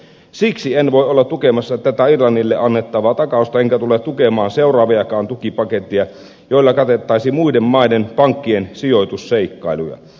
siksi en voi olla tukemassa tätä irlannille annettavaa takausta enkä tule tukemaan seuraaviakaan tukipaketteja joilla katettaisiin muiden maiden pankkien sijoitusseikkailuja